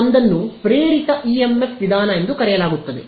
ಒಂದನ್ನು ಪ್ರೇರಿತ ಇಎಂಎಫ್ ವಿಧಾನ ಎಂದು ಕರೆಯಲಾಗುತ್ತದೆ